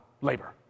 labor